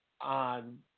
on